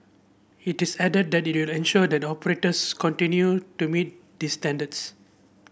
it is added that it will ensure that operators continue to meet these standards